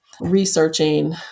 researching